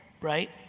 right